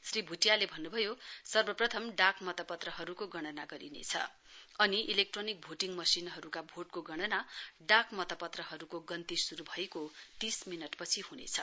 श्री भुटियाले भन्नुभयो सर्वप्रथम डाक मतपत्रहरूको गणना गरिनेछ अनि इलेक्ट्रोनिक भोटिङ मशिनहरूका भोटको गणना डाक मतपत्रहरूको गन्ती शुरू भएको तीस मिनटपछि हुनेछ